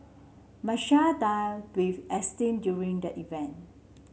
Marshall dined with Einstein during the event